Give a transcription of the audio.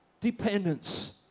dependence